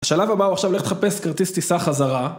השלב הבא הוא עכשיו ללכת לחפש כרטיס טיסה חזרה